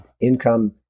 income